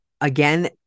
Again